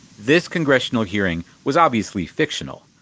this congressional hearing was obviously fictional,